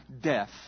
death